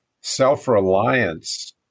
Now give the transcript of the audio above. self-reliance